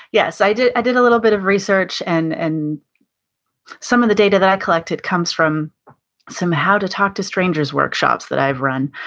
yes i did i did a little bit of research and and some of the data that i collected comes from some how to talk to strangers workshops that i run.